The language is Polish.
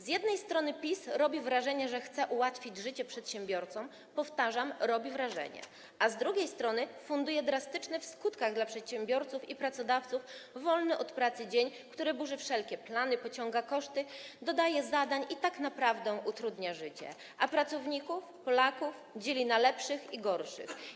Z jednej strony PiS sprawia wrażenie, że chce ułatwić życie przedsiębiorcom, powtarzam: sprawia wrażenie, a z drugiej strony - funduje drastyczny w skutkach dla przedsiębiorców i pracodawców wolny od pracy dzień, który burzy wszelkie plany, pociąga za sobą koszty, dodaje zadań i tak naprawdę utrudnia życie, a pracowników, Polaków dzieli na lepszych i gorszych.